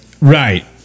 Right